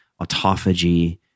autophagy